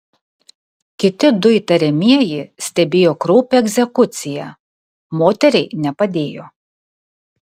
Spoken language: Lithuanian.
kiti du įtariamieji stebėjo kraupią egzekuciją moteriai nepadėjo